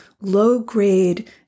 low-grade